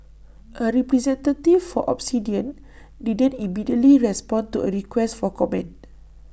A representative for Obsidian didn't immediately respond to A request for comment